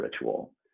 ritual